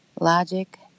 logic